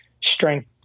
strength